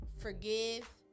Forgive